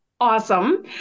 Awesome